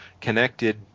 connected